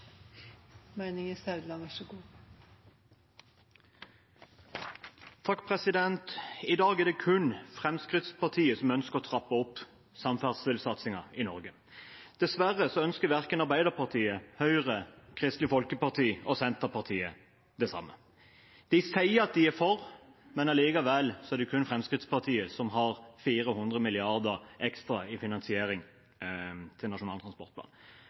I dag er det kun Fremskrittspartiet som ønsker å trappe opp samferdselssatsingen i Norge. Dessverre ønsker verken Arbeiderpartiet, Høyre, Kristelig Folkeparti eller Senterpartiet det samme. De sier at de er for, men likevel er det kun Fremskrittspartiet som har 400 mrd. kr ekstra i finansiering til Nasjonal transportplan.